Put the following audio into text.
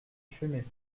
fumer